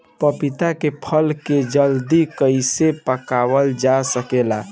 पपिता के फल को जल्दी कइसे पकावल जा सकेला?